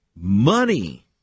Money